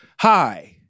Hi